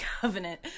covenant